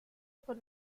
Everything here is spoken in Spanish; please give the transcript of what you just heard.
por